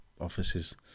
offices